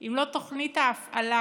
אם לא תוכנית ההפעלה,